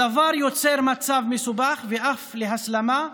הדבר יוצר מצב מסובך ואף הסלמה,